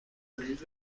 وجاهت